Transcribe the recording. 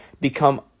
become